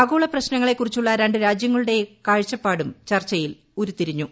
ആഗോള പ്രശ്നങ്ങളെക്കുറിച്ചുള്ള ര ് രാജ്യങ്ങളുടെയും കാഴ്ചപ്പാടും ചർച്ചയിൽ ഉരുത്തിരിഞ്ഞു